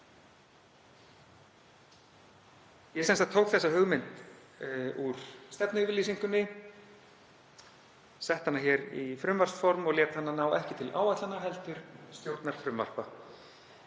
Ég tók þessa hugmynd úr stefnuyfirlýsingunni, setti hana hér í frumvarpsform og lét hana ekki ná til áætlana heldur stjórnarfrumvarpa,